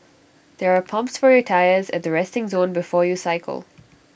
there are pumps for your tyres at the resting zone before you cycle